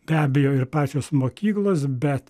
be abejo ir pačios mokyklos bet